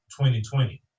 2020